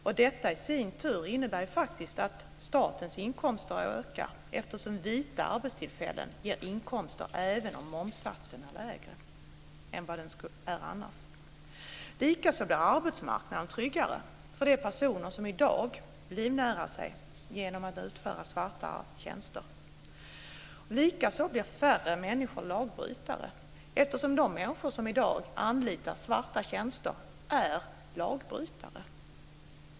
Och detta i sin tur innebär faktiskt att statens inkomster ökar, eftersom vita arbetstillfällen ger inkomster även om momssatsen är lägre än annars. Likaså blir arbetsmarknaden tryggare för de personer som i dag livnär sig genom att utföra svarta tjänster. Likaså blir färre människor lagbrytare, eftersom de människor som i dag anlitar svarta tjänster är lagbrytare.